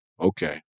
okay